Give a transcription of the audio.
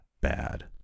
bad